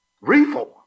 Reform